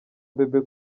bebe